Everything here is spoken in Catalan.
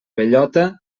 bellota